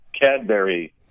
Cadbury